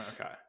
okay